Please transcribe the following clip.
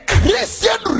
Christian